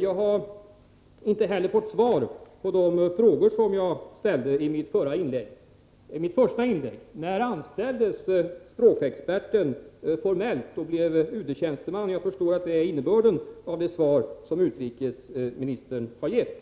Jag har inte heller fått svar på de frågor som jag ställde i mitt första inlägg: När anställdes språkexperten formellt och blev UD-tjänsteman? Jag förstår att det är innebörden av det svar som utrikesministern har gett.